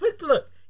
look